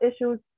issues